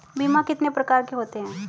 बीमा कितने प्रकार के होते हैं?